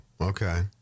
okay